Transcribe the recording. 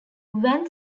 van